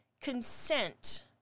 consent